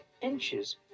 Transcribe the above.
inches